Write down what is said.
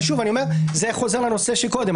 שוב, אני אומר, זה חוזר לנושא קודם.